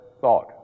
thought